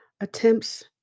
attempts